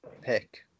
pick